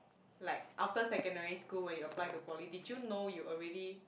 like after secondary school when you apply to poly did you know you already